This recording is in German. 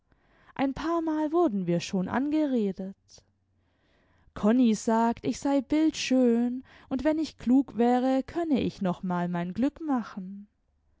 ein paarmal wurden wir schon angeredet konni sagt ich sei bildschön und wenn ich klug wäre könne ich noch mal mein glück machen